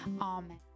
Amen